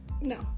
No